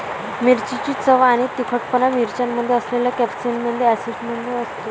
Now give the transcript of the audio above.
मिरचीची चव आणि तिखटपणा मिरच्यांमध्ये असलेल्या कॅप्सेसिन ऍसिडमुळे असतो